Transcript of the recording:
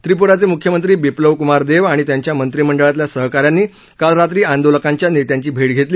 त्रिप्राचे म्ख्यमंत्री बिप्लव कुमार देब आणि त्यांच्या मंत्रिमंडळातल्या सहकाऱ्यांनी काल रात्री आंदोलकांच्या नेत्यांची भेट घेतली